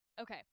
Okay